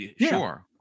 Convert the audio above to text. sure